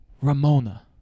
Ramona